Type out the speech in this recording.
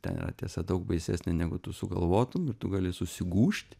ten yra tiesa daug baisesnė negu tu sugalvotum ir tu gali susigūžt